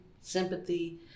sympathy